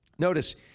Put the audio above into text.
Notice